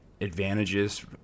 advantages